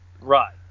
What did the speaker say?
Right